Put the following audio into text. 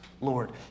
Lord